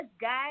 guys